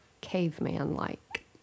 caveman-like